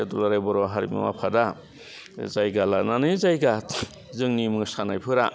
जे दुलाराय बर' हारिमु आफादा जायगा लानानै जायगा जोंनि मोसानायफोरा